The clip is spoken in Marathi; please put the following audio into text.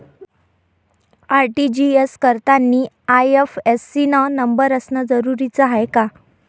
आर.टी.जी.एस करतांनी आय.एफ.एस.सी न नंबर असनं जरुरीच हाय का?